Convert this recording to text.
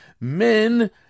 men